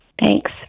Thanks